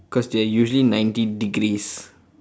cause they are usually ninety degrees